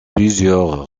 plusieurs